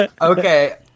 Okay